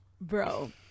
Bro